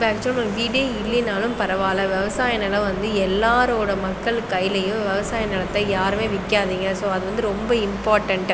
இதுக்காச்சம் வீடே இல்லையினாலும் பரவால்ல விவசாயம் நிலம் வந்து எல்லோரோட மக்கள் கைலேயும் விவசாய நிலத்த யாருமே விற்காதிங்க சோ அது வந்து ரொம்ப இம்பார்ட்டண்ட்